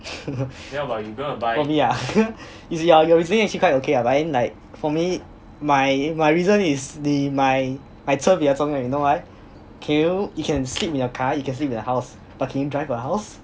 for me ah you see hor your reason actually quite okay ah but then like for me my my reason is 你买车比较重要 you know why can you you can sleep in your car you can sleep in the house but can you drive the house